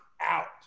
out